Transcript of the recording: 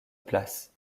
place